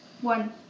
one